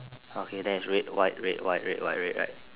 okay then it's red white red white red white red right